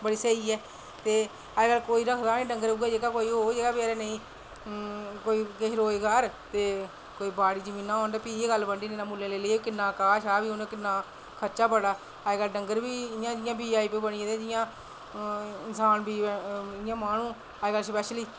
बड़ी स्हेई ऐ अज्जकल ते कोई रखदा निं डंगर उऐ कोई होग जेह्का बेचारा नेईं किश रोज़गार ते कोई बाड़ी जमीनां होन ते भी गै गल्ल बनदी ते मुल्लें लेइयै घाऽ बी उनें किन्ना देना ते खर्चा बड़ा अज्जकल डंगर बी वीआईपी बनी दे इन्सान बी इंया माह्नू इंया स्पेशली